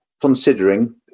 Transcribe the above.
considering